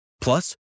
Plus